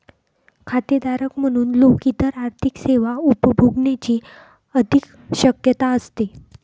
खातेधारक म्हणून लोक इतर आर्थिक सेवा उपभोगण्याची अधिक शक्यता असते